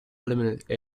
eliminate